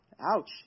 Ouch